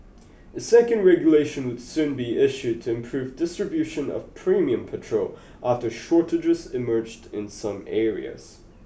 a second regulation would soon be issued to improve distribution of premium patrol after shortages emerged in some areas